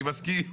אני מסכים.